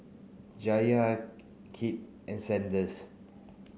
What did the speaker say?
Jaliyah Kit and Sanders